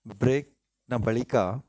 ಬ್ರೇಕ್ನ ಬಳಿಕ